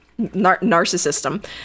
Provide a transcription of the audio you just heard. narcissism